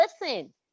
listen